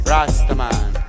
Rastaman